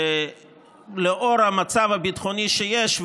לנוכח המצב הביטחוני שיש,